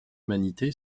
humanité